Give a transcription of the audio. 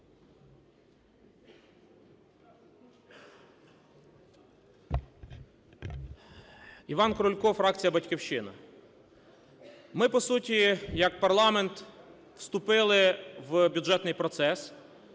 Іван Крулько, фракція "Батьківщина". Ми по суті як парламент вступили в бюджетний процес,